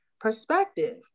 perspective